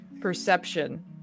perception